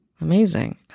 amazing